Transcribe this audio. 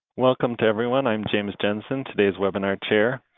welcome to everyone. i'm james jensen, today's webinar chair.